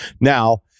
Now